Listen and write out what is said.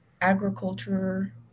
agriculture